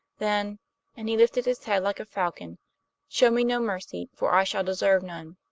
then and he lifted his head like a falcon show me no mercy, for i shall deserve none.